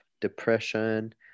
depression